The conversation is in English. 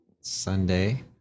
Sunday